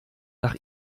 nach